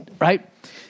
right